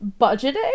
Budgeting